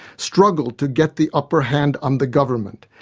struggled to get the upper hand on the government,